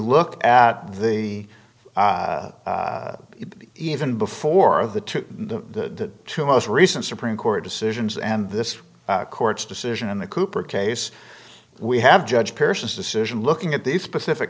look at the even before of the two most recent supreme court decisions and this court's decision in the cooper case we have judge pearson's decision looking at these specific